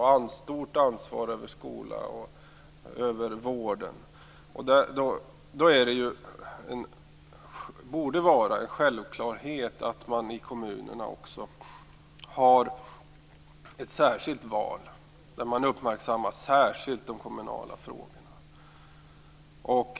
De har stort ansvar för skolan och vården. Då borde det ju också vara en självklarhet att man i kommunerna har ett särskilt val där man särskilt uppmärksammar de kommunala frågorna.